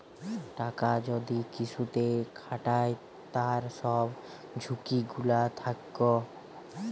টাকা যদি কিসুতে খাটায় তার সব ঝুকি গুলা থাক্যে